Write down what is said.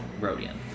Rodian